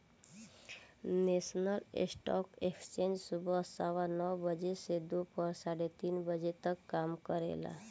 national stock exchange सुबह सवा नौ बजे से दोपहर साढ़े तीन बजे तक काम करेला